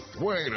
Wait